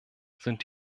sind